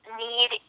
need